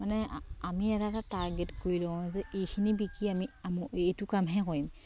মানে আমি এটা এটা টাৰ্গেট কৰি লওঁ যে এইখিনি বিকি আমি আমোক এইটো কামহে কৰিম